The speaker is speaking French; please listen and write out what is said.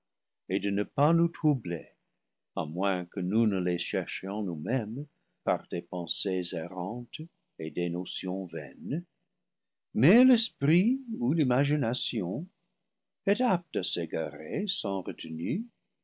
et de ne pas nous troubler à moins que nous ne les cherchions nous-mêmes par des pensées errantes et des no tions vaines mais l'esprit ou l'imagination est apte à s'égarer sans retenue